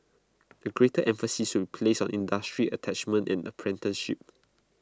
A greater emphasis will placed on industry attachments and apprenticeships